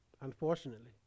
Unfortunately